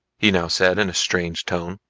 he now said in a strange tone,